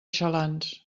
xalans